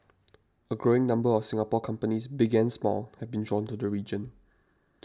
a growing number of Singapore companies big and small have been drawn to the region